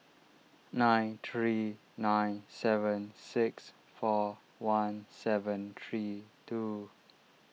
nine three nine seven six four one seven three two